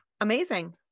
Amazing